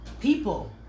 people